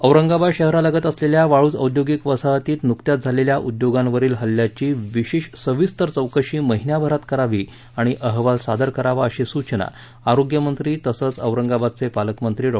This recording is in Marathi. औरंगाबाद शहरालगत असलेल्या वाळूज औद्योगिक वसाहतीत नुकत्याच झालेल्या उद्योगांवरील हल्ल्याची विशेष सविस्तर चौकशी महिनाभरात करावी आणि अहवाल सादर करावा अशी सूचना आरोग्यमंत्री तथा औरंगाबादचे पालकमंत्री डॉ